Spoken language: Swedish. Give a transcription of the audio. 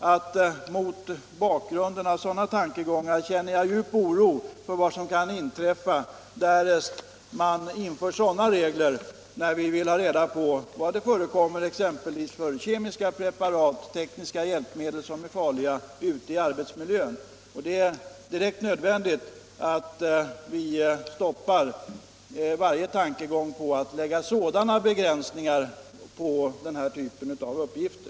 Det är mot bakgrunden av dessa tankegångar som jag känner djup oro för vad som skulle kunna inträffa om man införde sådana regler t.ex. när det gäller kemiska preparat och tekniska hjälpmedel som kan vara farliga för arbetsmiljön. Det är nödvändigt att vi stoppar varje tankegång på att införa sådana begränsningar på den här typen av uppgifter.